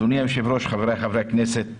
אדוני היושב-ראש, חבריי חברי הכנסת,